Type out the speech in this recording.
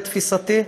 לתפיסתי,